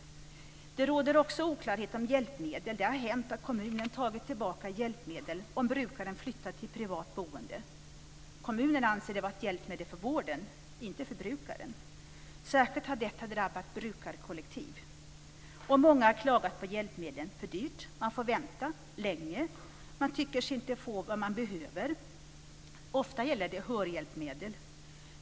Vidare råder det oklarhet om hjälpmedel. Det har hänt att kommunen tagit tillbaka hjälpmedel om brukaren flyttar till privat boende. Kommunen anser det vara ett hjälpmedel för vården, inte för brukaren. Särskilt har detta drabbat brukarkollektiv. Många har klagat på hjälpmedlen. Det är för dyrt och man får vänta länge. Man tycker sig inte få vad man behöver. Ofta gäller det hörhjälpmedel.